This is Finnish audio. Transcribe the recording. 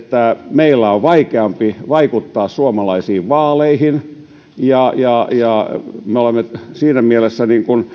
meillä on vaikeampi vaikuttaa suomalaisiin vaaleihin ja ja me voimme siinä mielessä